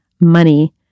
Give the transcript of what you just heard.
money